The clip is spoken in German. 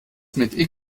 mit